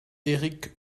éric